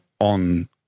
on